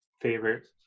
favorite